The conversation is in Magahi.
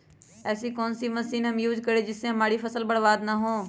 ऐसी कौन सी मशीन हम यूज करें जिससे हमारी फसल बर्बाद ना हो?